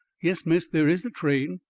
yes, miss, there is a train.